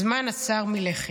הזמן עצר מלכת,